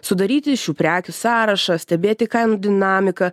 sudaryti šių prekių sąrašą stebėti kainų dinamiką